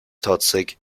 trotzig